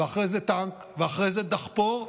ואחרי זה טנק ואחרי זה דחפור,